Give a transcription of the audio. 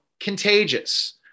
contagious